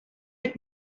had